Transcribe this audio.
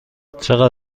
چقدر